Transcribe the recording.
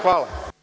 Hvala.